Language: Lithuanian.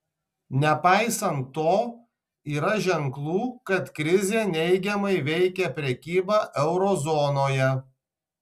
nepaisant to yra ženklų kad krizė neigiamai veikia prekybą euro zonoje